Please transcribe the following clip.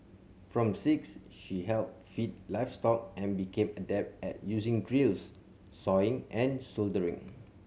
from six she helped feed livestock and became adept at using drills sawing and soldering